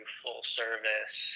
full-service